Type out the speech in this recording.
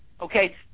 okay